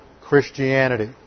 Christianity